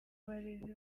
barezi